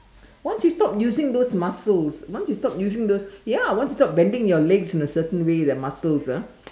once you stop using those muscles once you stop using those ya once you stop bending your legs in a certain way that muscles ah